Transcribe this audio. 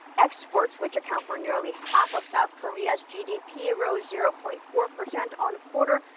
exports, which account for nearly half of south korea's gdp, rose zero-point-four percent on-quarter,